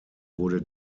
wurde